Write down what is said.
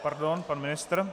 Pardon, pan ministr.